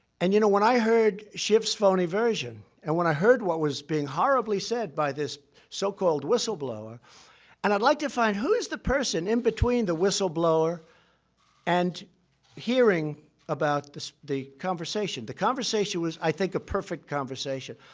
and you know, when i heard schiff's phony version, and when i heard what was being horribly said by this so-called whistleblower and i'd like to find who is the person in between the whistleblower and hearing about this the conversation? the conversation was, i think, a perfect conversation.